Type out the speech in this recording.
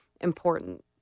important